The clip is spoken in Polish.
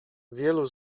wielu